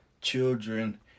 children